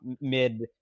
mid